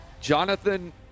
Jonathan